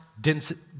density